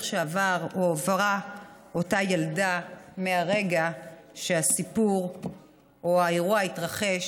שעבר או עברה אותה ילדה מהרגע שהסיפור או האירוע התרחש